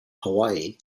hawaii